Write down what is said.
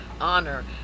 honor